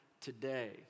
today